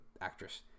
actress